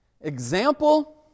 Example